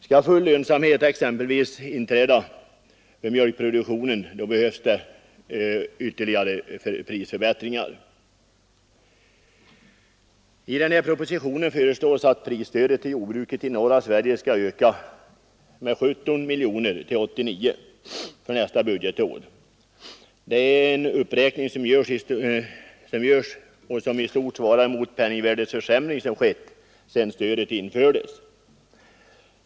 Skall exempelvis mjölkproduktionen ge full lönsamhet behövs det ytterligare prisförbättringar. I propositionen föreslås att prisstödet till jordbruket i norra Sverige nästa budgetår skall öka med 17 miljoner kronor till 89 miljoner kronor. Denna uppräkning svarar i stort sett mot den penningvärdeförsämring som skett sedan stödet infördes.